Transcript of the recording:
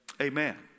Amen